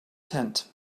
tent